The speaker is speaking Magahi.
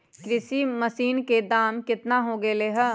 कृषि मशीन के दाम कितना हो गयले है?